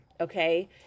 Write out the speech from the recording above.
okay